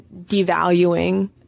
devaluing